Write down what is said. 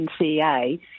NCA